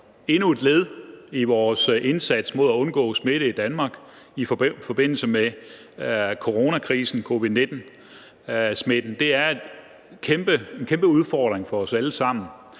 endnu et led i vores indsats mod at undgå smitte i Danmark i forbindelse med coronakrisen, covid-19-smitten. Det er en kæmpe udfordring for os alle sammen,